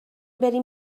بریم